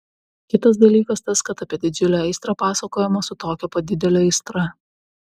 kitas dalykas tas kad apie didžiulę aistrą pasakojama su tokia pat didele aistra